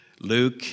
Luke